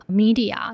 media